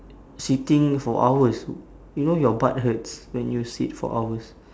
sitting for hours you know your butt hurts when you sit for hours